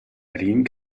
berlin